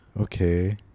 Okay